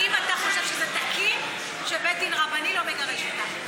האם אתה חושב שזה תקין שבית דין רבני לא מגרש אותה?